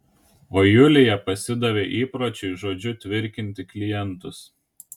o julija pasidavė įpročiui žodžiu tvirkinti klientus